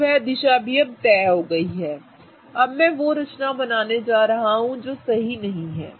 तो वह दिशा भी तय हो गई है अब मैं वो रचना बनाने जा रहा हूं जो सही नहीं हैं